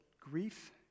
grief